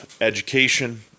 education